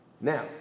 Now